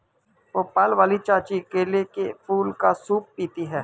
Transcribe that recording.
भोपाल वाली चाची केले के फूल का सूप पीती हैं